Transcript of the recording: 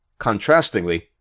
Contrastingly